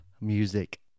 music